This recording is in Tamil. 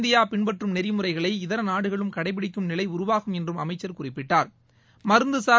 இந்தியா பின்பற்றும் நெறிமுறைகளை இதர நாடுகளும் கடைபிடிக்கும் நிலை உருவாகும் என்றும் அமைச்சர் குறிப்பிட்டார்